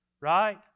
right